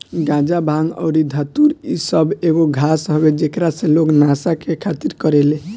गाजा, भांग अउरी धतूर इ सब एगो घास हवे जेकरा से लोग नशा के खातिर करेले